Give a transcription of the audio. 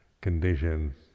conditions